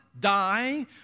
die